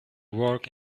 work